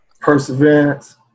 perseverance